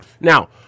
Now